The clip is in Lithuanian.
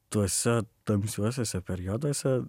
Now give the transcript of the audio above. tuose tamsiuosiuose perioduose